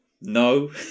no